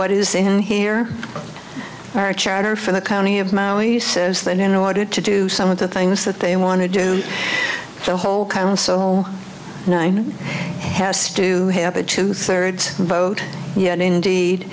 what is in here our charter for the county of maui says that in order to do some of the things that they want to do so whole council nine has to have a two thirds vote yet indeed